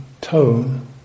tone